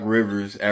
Rivers